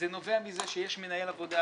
זה נובע מזה שיש מנהל עבודה,